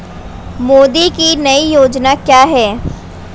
मोदी की नई योजना क्या है?